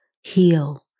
heal